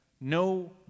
no